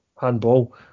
handball